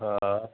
हा